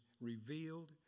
revealed